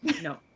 no